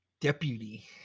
deputy